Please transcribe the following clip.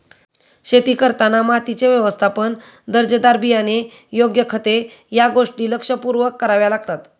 शेती करताना मातीचे व्यवस्थापन, दर्जेदार बियाणे, योग्य खते या गोष्टी लक्षपूर्वक कराव्या लागतात